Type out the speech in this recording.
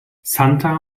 santa